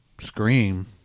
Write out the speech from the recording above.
scream